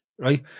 Right